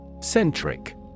Centric